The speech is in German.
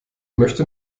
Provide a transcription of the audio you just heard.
möchte